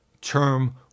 term